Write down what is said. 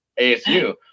ASU